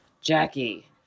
Jackie